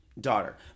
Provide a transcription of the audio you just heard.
daughter